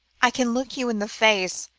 i can look you in the face,